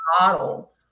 model